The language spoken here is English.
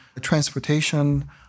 transportation